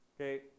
Okay